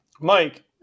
Mike